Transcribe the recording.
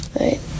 Right